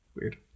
Weird